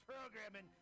programming